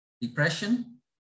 depression